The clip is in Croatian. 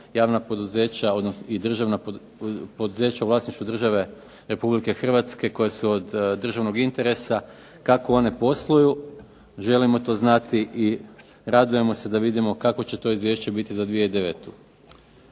javna poduzeća i državna poduzeća u vlasništvu države Republike Hrvatske koja su od državnog interesa kako one posluju, želimo to znati i radujemo se vidjeti kakvo će to izvješće biti za 2009.